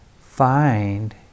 find